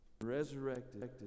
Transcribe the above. Resurrected